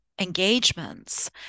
engagements